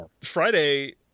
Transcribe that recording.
Friday